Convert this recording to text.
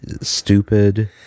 stupid